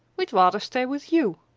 we'd rather stay with you.